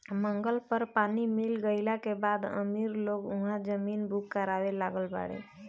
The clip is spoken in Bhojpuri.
मंगल पर पानी मिल गईला के बाद अमीर लोग उहा जमीन बुक करावे लागल बाड़े